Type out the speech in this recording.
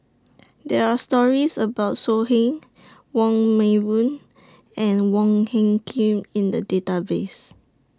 There Are stories about So Heng Wong Meng Voon and Wong Hung Khim in The Database